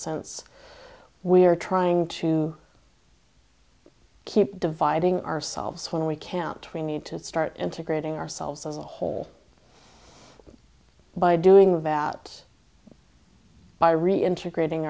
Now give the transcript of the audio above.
sense we are trying to keep dividing ourselves when we can't we need to start integrating ourselves as a whole by doing without by reintegrating